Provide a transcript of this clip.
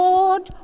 Lord